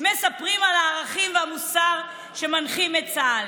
מספרים על הערכים והמוסר שמנחים את צה"ל.